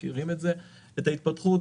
ההתפתחות.